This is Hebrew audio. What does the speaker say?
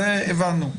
זה הבנו.